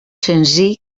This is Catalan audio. senzill